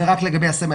זה רק לגבי הסמל.